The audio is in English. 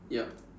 yup